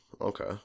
okay